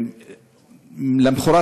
למחרת,